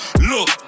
look